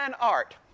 art